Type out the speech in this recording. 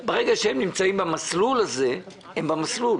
ברגע שהם נמצאים במסלול הזה, הם במסלול.